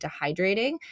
dehydrating